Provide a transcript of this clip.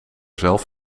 zelf